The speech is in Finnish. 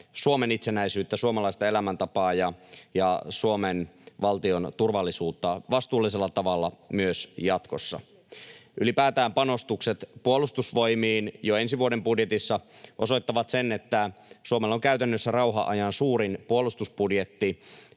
Suomen itsenäisyyttä, suomalaista elämäntapaa ja Suomen valtion turvallisuutta vastuullisella tavalla myös jatkossa. Ylipäätään panostukset Puolustusvoimiin jo ensi vuoden budjetissa osoittavat sen, että Suomella on käytännössä rauhanajan suurin puolustusbudjetti.